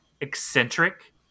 eccentric